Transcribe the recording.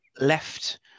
Left